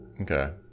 okay